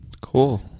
cool